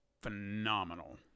phenomenal